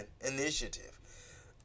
initiative